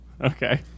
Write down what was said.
Okay